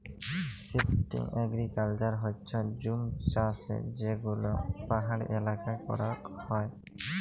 shifting agriculture হচ্যে জুম চাষযেগুলা পাহাড়ি এলাকায় করাক হয়